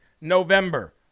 November